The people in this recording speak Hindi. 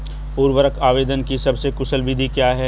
उर्वरक आवेदन की सबसे कुशल विधि क्या है?